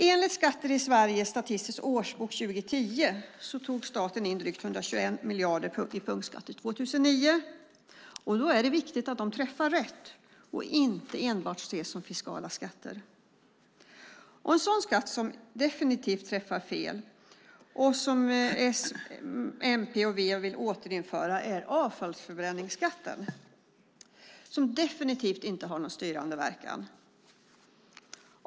Enligt Skatter i Sverige - Skattestatistisk årsbok 2010 tog staten år 2009 in drygt 121 miljarder i punktskatter. Det är viktigt att dessa skatter träffar rätt och inte ses som enbart fiskala skatter. En sådan skatt som definitivt träffar fel och som S, MP och V vill återinföra är avfallsförbränningsskatten som definitivt inte har någon styrande verkan.